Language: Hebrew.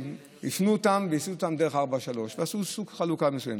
הפנו אותם והסיעו אותם דרך 443. עשו סוג של חלוקה מסוימת.